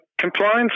Compliance